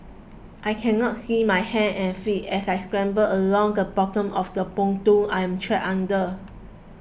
I can not see my hands and feet as I scramble along the bottom of the pontoon I'm trapped under